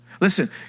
Listen